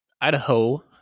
Idaho